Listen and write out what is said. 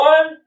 One